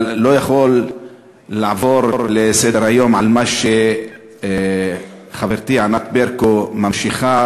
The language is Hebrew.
אבל אני לא יכול לעבור לסדר-היום על כך שחברתי ענת ברקו ממשיכה